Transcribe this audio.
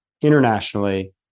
internationally